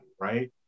right